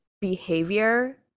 behavior